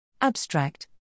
Abstract